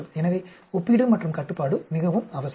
எனவே ஒப்பீடு மற்றும் கட்டுப்பாடு மிகவும் அவசியம்